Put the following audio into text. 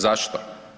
Zašto?